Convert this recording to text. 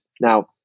now